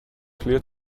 clear